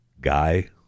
Guy